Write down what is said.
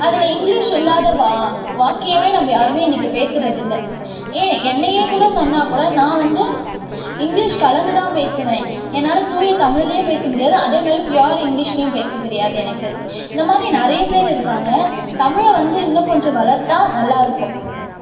அதில் இங்க்லீஷ் இல்லாத வா வாக்கியம் நம்ம யாரும் இன்றைக்கி பேசுறதில்லை ஏன் என்னையே கூட சொன்னால் கூட நான் வந்து இங்க்லீஷ் கலந்து தான் பேசுவேன் என்னால் தூய தமிழ்லேயும் பேச முடியாது அதே மாதிரி பியோர் இங்க்லீஷ்லேயும் பேசத்தெரியாது எனக்கு இந்த மாதிரி நிறையா பேர் இருக்காங்க தமிழை வந்து இன்னும் கொஞ்சம் வளர்த்தால் நல்லாயிருக்கும்